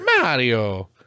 Mario